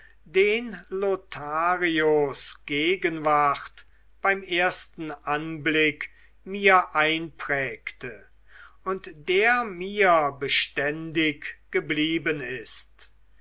den lotharios gegenwart beim ersten anblick mir einprägte und der mir beständig geblieben ist